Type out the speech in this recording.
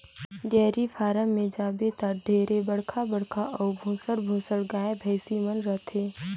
dairy farm में जाबे त ढेरे बड़खा बड़खा अउ भुसंड भुसंड गाय, भइसी मन रथे